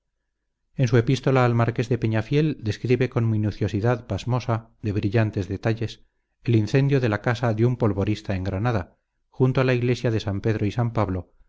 en su epístola al marqués de peñafiel describe con minuciosidad pasmosa de brillantes detalles el incendio de la casa de un polvorista en granada junto a la iglesia de san pedro y san pablo